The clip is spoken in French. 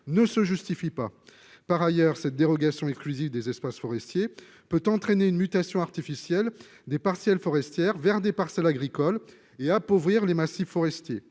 ne se justifie pas. Par ailleurs, cette dérogation pour les seuls espaces forestiers peut entraîner une mutation artificielle des parcelles forestières vers des parcelles agricoles et appauvrir les massifs forestiers.